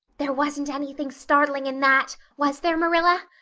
there wasn't anything startling in that, was there, marilla?